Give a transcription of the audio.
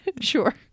sure